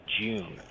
June